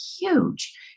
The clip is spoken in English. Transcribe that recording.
huge